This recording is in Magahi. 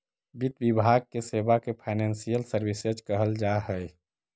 वित्त विभाग के सेवा के फाइनेंशियल सर्विसेज कहल जा हई